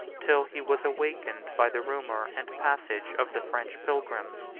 till he was awakened by the rumor and passage of the french pilgrims.